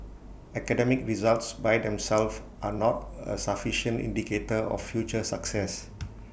academic results by themselves are not A sufficient indicator of future success